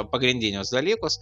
pagrindinius dalykus